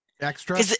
extra